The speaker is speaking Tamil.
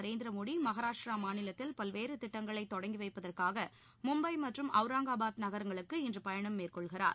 நரேந்திர மோடி மகாராஷ்ட்டிர மாநிலத்தில் பல்வேறு திட்டங்களை தொடங்கி வைப்பதற்காக மும்பை மற்றும் ஔரங்காபாத் நகரங்களுக்கு இன்று பயணம் மேற்கொள்கிறார்